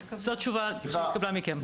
זאת התשובה שהתקבלה מכם.